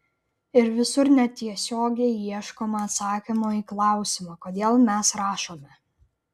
ir visur netiesiogiai ieškoma atsakymo į klausimą kodėl mes rašome